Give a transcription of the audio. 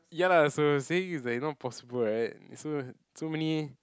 ya lah so saying is like not possible right so so many